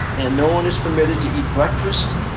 and no one is permitted to eat breakfast